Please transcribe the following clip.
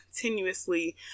continuously